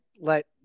let